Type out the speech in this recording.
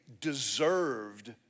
deserved